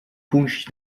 pójść